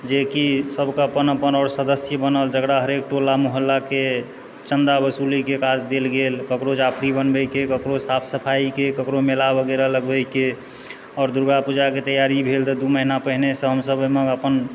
जेकि सभके अपन अपन आओर सदस्य बनल जेकरा हरेक टोला मोहल्लाके चन्दा वसूलीके काज देल गेल ककरो जाफरी बनबयके ककरो साफ सफाइके ककरो मेला वगैरह लगबयके आओर दुर्गापूजाक तैआरी भेल तऽ दू महीना पहिनेसँ हमसभ ओहिमे अपन